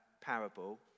parable